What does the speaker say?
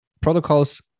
protocols